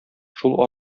шул